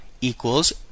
equals